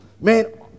man